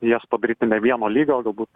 jas padaryti ne vieno lygio galbūt